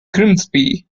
grimsby